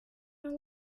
our